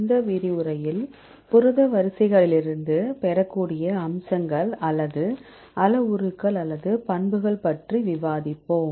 இந்த விரிவுரையில் புரத வரிசைகளிலிருந்து பெறக்கூடிய அம்சங்கள் அல்லது அளவுருக்கள் அல்லது பண்புகள் பற்றி விவாதிப்போம்